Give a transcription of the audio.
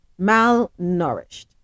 Malnourished